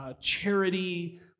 charity